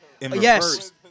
Yes